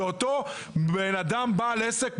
זה אותו בן אדם בעל עסק,